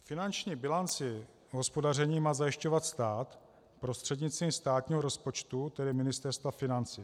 Finanční bilanci hospodaření má zajišťovat stát prostřednictvím státního rozpočtu, tedy Ministerstva financí.